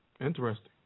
Interesting